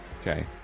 Okay